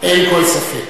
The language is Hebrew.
אין כל ספק.